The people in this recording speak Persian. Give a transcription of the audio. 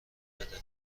بده